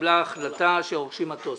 התקבלה החלטה שרוכשים מטוס.